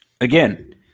Again